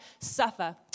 suffer